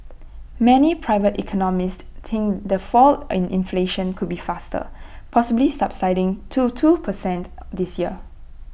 many private economists think the fall in inflation could be faster possibly subsiding to two per cent this year